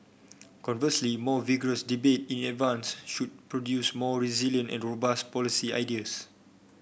conversely more vigorous debate in advance should produce more resilient and robust policy ideas